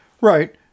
Right